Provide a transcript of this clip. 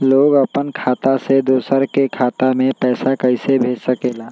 लोग अपन खाता से दोसर के खाता में पैसा कइसे भेज सकेला?